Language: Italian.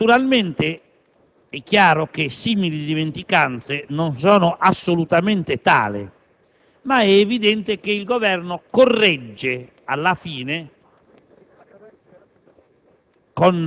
Naturalmente, è chiaro che simili dimenticanze non sono assolutamente tali, ma è evidente che il Governo corregge, alla fine,